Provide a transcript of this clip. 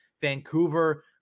Vancouver